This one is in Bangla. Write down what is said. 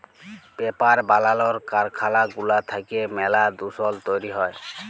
পেপার বালালর কারখালা গুলা থ্যাইকে ম্যালা দুষল তৈরি হ্যয়